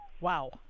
Wow